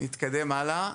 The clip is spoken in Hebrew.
נתקדם הלאה.